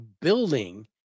building